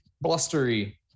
blustery